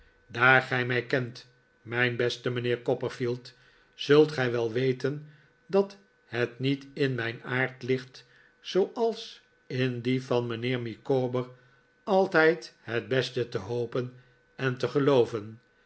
daar gij mij kent mijn beste mijnheer copperfield zult gij wel weten dat het niet in mijn aard ligt zooals in dien van mijnheer micawber altijd het beste te hopen en te gelooven